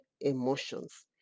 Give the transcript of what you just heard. emotions